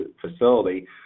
facility